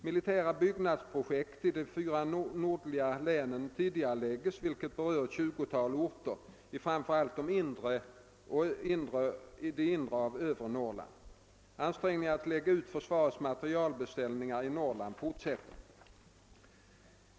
Militära byggnadsprojekt i de fyra nordligaste länen tidigareläggs, vilket berör ett 20-tal orter i framför allt det inre av övre Norrland. Ansträngningarna att lägga ut försvarets materielbeställningar i Norrland fortsätter.